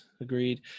Agreed